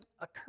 occur